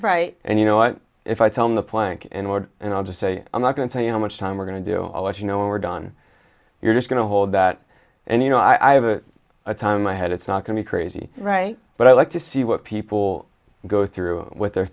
right and you know what if i tell him the plank and word and i'll just say i'm not going to tell you how much time we're going to do i'll let you know when we're done you're just going to hold that and you know i have a a time i had it's not going to be crazy right but i like to see what people go through with their